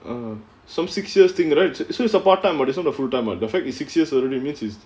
um some six years thing right so it's a part-time [what] it's not a full-time [what] the fact that it's six years already means it's